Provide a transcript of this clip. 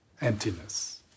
emptiness